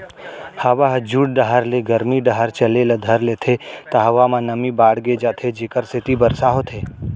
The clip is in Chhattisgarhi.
हवा ह जुड़ डहर ले गरमी डहर चले ल धर लेथे त हवा म नमी बाड़गे जाथे जेकर सेती बरसा होथे